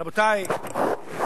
רבותי,